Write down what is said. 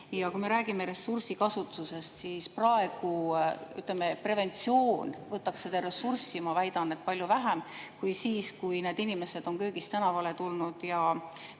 Ja kui me räägime ressursikasutusest, siis praegu preventsioon võtaks seda ressurssi, ma väidan, palju vähem kui siis, kui need inimesed on köögist tänavale tulnud ja